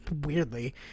weirdly